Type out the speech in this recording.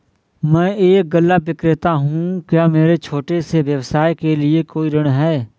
मैं एक गल्ला विक्रेता हूँ क्या मेरे छोटे से व्यवसाय के लिए कोई ऋण है?